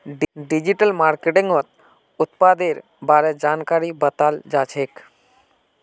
digital मार्केटिंगत उत्पादेर बारे जानकारी बताल जाछेक